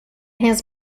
his